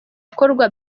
gukorwa